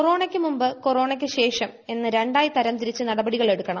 കൊറോണയ്ക്ക് മുമ്പ് കൊറോണയ്ക്ക് ശേഷം എന്ന് രണ്ടായി തരംതിരിച്ച് നടപടികളെടുക്കണം